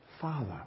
Father